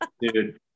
dude